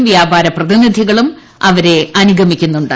ഉന്നത വ്യാപാര പ്രതിനിധികളും അവരെ അനുഗമിക്കുന്നുണ്ട്